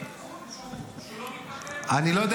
לא,